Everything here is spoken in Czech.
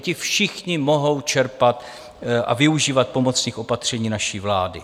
Ti všichni mohou čerpat a využívat pomocných opatření naší vlády.